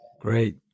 Great